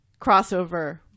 crossover